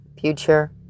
future